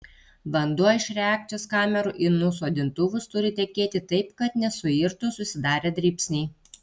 vanduo iš reakcijos kamerų į nusodintuvus turi tekėti taip kad nesuirtų susidarę dribsniai